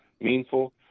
meanful